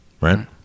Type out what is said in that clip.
right